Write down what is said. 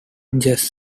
just